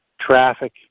traffic